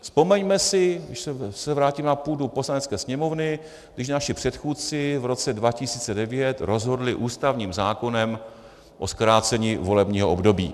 Vzpomeňme si, když se vrátím na půdu Poslanecké sněmovny, když naši předchůdci v roce 2009 rozhodli ústavním zákonem o zkrácení volebního období.